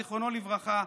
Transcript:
זיכרונו לברכה,